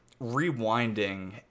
rewinding